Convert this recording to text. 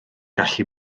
gallu